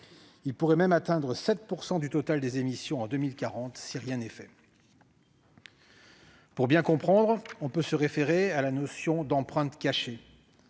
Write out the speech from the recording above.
il pourrait même atteindre 7 % du total des émissions en 2040 si rien n'est fait. Pour bien comprendre, on peut se référer à la notion d'« empreinte cachée